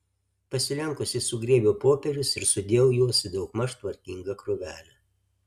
pasilenkusi sugrėbiau popierius ir sudėjau juos į daugmaž tvarkingą krūvelę